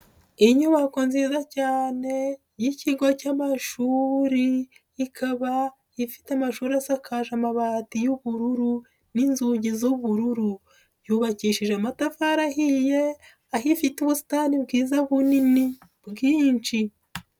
Inyubako nziza cyane y'ikigo cy'amashuri ikaba ifite amashuri asakaje amabati y'ubururu n'inzugi z'ubururu, yubakishije amatafari ahiye aho ifite ubusitani bwiza bunini bwinshi.